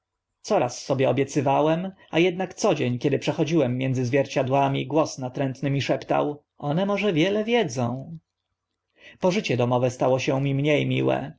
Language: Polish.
dzień sobie obiecywałem a ednak co dzień kiedy przechodziłem pomiędzy zwierciadłami głos natrętny mi szeptał one może wiele wiedzą pożycie domowe stało mi się mnie miłe